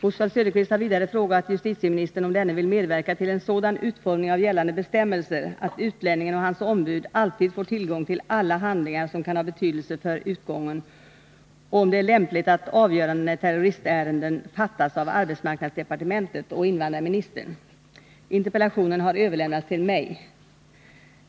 Oswald Söderqvist har vidare frågat justitieministern om denne vill medverka till en sådan utformning av gällande bestämmelser, att utlänningen och hans ombud alltid får tillgång till alla handlingar som kan ha betydelse för utgången och om det är lämpligt att avgörandena i terroristärenden fattas av arbetsmarknadsdepartementet och invandrarministern. Interpellationen har överlämnats till mig.